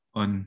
on